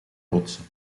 rotsen